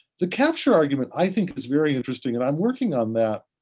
the capture argument i think, is very interesting and i'm working on that.